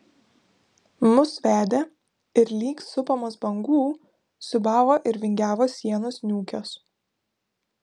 mus vedė ir lyg supamos bangų siūbavo ir vingiavo sienos niūkios